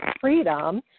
freedom